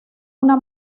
una